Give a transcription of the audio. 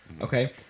Okay